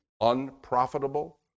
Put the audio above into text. unprofitable